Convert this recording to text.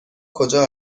کجا